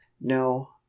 No